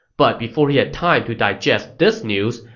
but before he had time to digest this news,